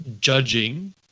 judging